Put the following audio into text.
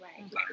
Right